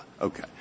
okay